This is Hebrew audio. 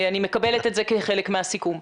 אני מקבלת את זה כחלק מהסיכום.